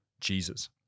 Jesus